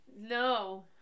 No